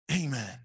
Amen